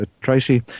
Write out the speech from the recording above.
Tracy